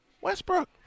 Westbrook